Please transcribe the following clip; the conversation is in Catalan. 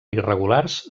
irregulars